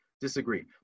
disagree